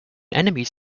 enemies